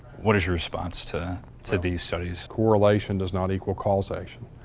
what is your response to to these studies? correlation does not equal causation.